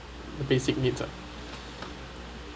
basic need lah